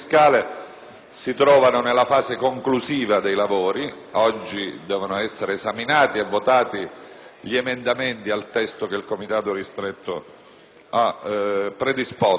si trovano nella fase conclusiva dei lavori: oggi devono essere esaminati e votati gli emendamenti al testo che il Comitato ristretto ha predisposto.